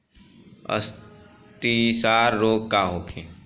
अतिसार रोग का होखे?